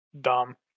Dumb